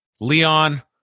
Leon